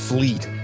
Fleet